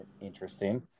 interesting